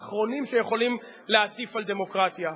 אתם האחרונים שיכולים להטיף על דמוקרטיה.